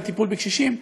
בטיפול בקשישים,